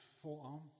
forearm